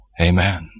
amen